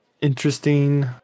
interesting